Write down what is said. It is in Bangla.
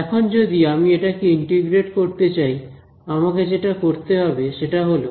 এখন যদি আমি এটাকে ইন্টিগ্রেট করতে চাই আমাকে যেটা করতে হবে সেটা হল